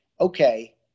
okay